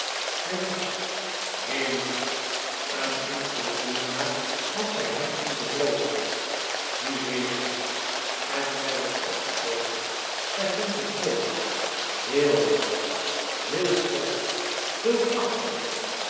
hij las heel lang een enkelen keer maar had zij hem onderbroken nu zweeg hij en zij was opgetogen zij vond het mooi heel mooi heel sterk veel kracht er